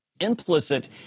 Implicit